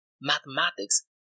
mathematics